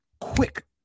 quick